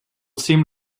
cim